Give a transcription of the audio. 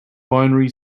binary